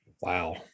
wow